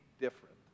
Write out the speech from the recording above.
different